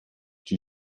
die